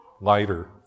lighter